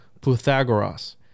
Pythagoras